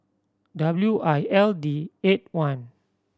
W I L D eight one